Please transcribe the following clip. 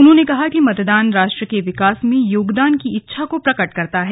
उन्होंने कहा कि मतदान राष्ट्र के विकास में योगदान की इच्छा को प्रकट करता है